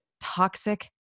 Toxic